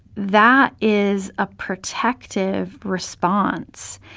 that is a protective response.